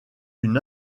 une